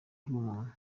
rw’umuntu